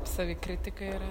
savikritika yra